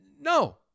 no